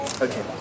Okay